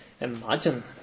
imagine